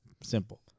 Simple